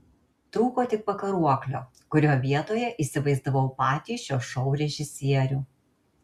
trūko tik pakaruoklio kurio vietoje įsivaizdavau patį šio šou režisierių